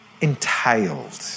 entailed